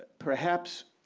perhaps,